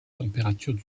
températures